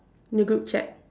in the group chat